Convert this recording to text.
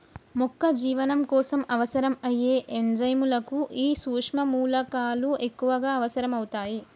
మొక్క జీవనం కోసం అవసరం అయ్యే ఎంజైముల కు ఈ సుక్ష్మ మూలకాలు ఎక్కువగా అవసరం అవుతాయి